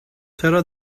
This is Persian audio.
چرا